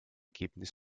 ereignis